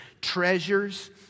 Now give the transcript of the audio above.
treasures